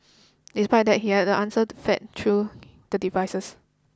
despite that he had the answered fed through the devices